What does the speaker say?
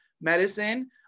medicine